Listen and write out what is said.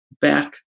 back